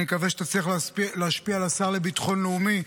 אני מקווה שתצליח להשפיע על השר לביטחון לאומי,